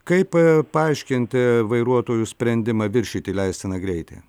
kaip paaiškinti vairuotojų sprendimą viršyti leistiną greitį